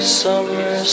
summer